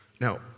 Now